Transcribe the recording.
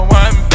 one